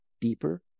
deeper